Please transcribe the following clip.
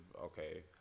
okay